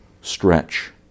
stretch